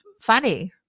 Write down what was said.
funny